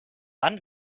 wann